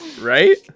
right